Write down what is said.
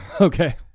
Okay